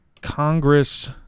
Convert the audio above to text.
Congress